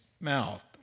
mouth